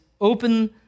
open